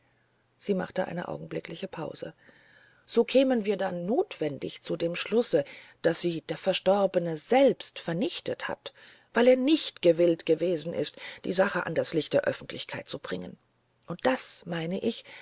sie machte eine augenblickliche pause so kämen wir dann notwendig zu dem schlusse daß sie der verstorbene selbst vernichtet hat weil er nicht gewillt gewesen ist die sache an das licht der oeffentlichkeit zu bringen und das meine ich